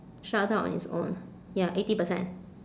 shut down on its own ya eighty percent